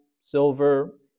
silver